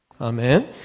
Amen